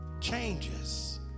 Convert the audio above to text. changes